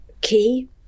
key